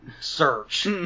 Search